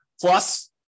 Plus